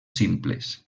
simples